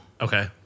Okay